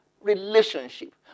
relationship